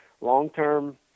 long-term